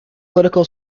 political